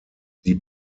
die